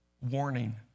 warning